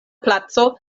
placo